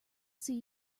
see